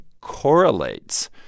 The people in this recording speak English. correlates